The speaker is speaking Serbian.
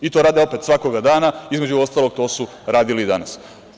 I to rade svakoga dana, između ostalog to su radili i danas.